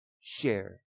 share